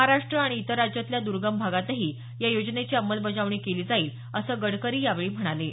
महाराष्ट्र आणि इतर राज्यातल्या दुगेम भागातही या योजनेची अंमलबजावणी केली जाईल असं ते म्हणाले